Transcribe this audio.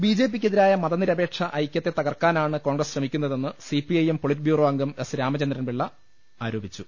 B ജെ പിക്കെതിരായ് മതനിരപേക്ഷ ഐക്യത്തെ തകർക്കാ നാണ് കോൺഗ്രസ് ശ്രമിക്കു ന്ന തെന്ന് C P I M politburo അംഗം എസ് രാമച ന്ദ്രൻപിള്ള ആരോപിച്ചു